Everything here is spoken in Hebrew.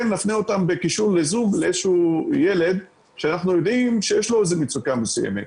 נפנה אותם בקישור לזום לאיזשהו ילד שאנחנו יודעים שיש לו מצוקה מסוימת.